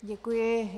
Děkuji.